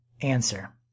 Answer